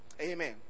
Amen